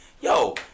Yo